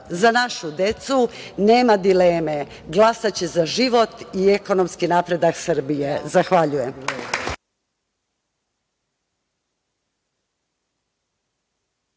Za našu decu, nema dileme, glasaće za život i ekonomski napredak Srbije. Zahvaljujem.